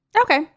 Okay